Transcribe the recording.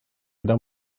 gyda